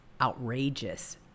outrageous